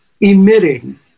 emitting